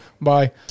Bye